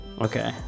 Okay